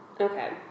okay